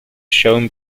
shown